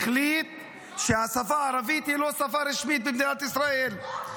החליט שהשפה הערבית היא לא שפה רשמית במדינת ישראל.